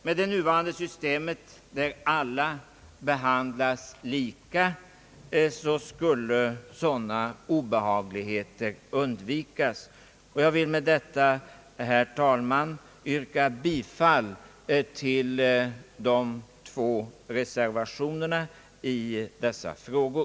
Med det nuvarande systemet, där alla behandlas lika, skulle sådana obehagligheter undvikas. Jag vill med det anförda, herr talman, yrka bifall till de två reservationerna i dessa frågor.